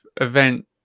event